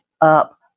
up